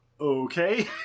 okay